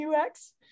UX